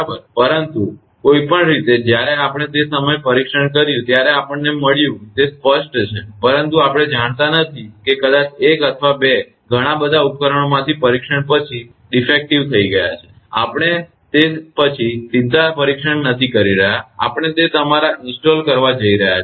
તેથી પરંતુ કોઈપણ રીતે જ્યારે આપણે તે સમયે પરીક્ષણ કર્યું ત્યારે આપણને મળ્યું કે તે બધું સ્પષ્ટ છે પરંતુ આપણે જાણતા નથી કે કદાચ 1 અથવા 2 ઘણાં બધાં ઉપકરણોમાંથી પરીક્ષણ પછી ખામીયુક્ત થઈ ગયા છે કારણ કે આપણે તે પછી સીધા પરીક્ષણ નથી કરી રહ્યા આપણે તે તમારા ઇન્સ્ટોલ કરવા જઈ રહ્યા છીએ